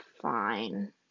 fine